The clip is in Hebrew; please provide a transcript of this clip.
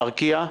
ארקיע.